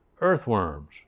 earthworms